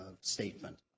statement